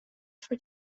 for